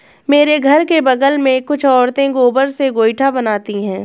मेरे घर के बगल में कुछ औरतें गोबर से गोइठा बनाती है